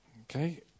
Okay